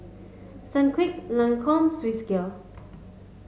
Sunquick Lancome Swissgear